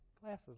glasses